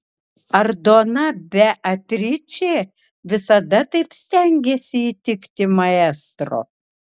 ar dona beatričė visada taip stengėsi įtikti maestro